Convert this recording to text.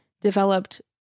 developed